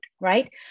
right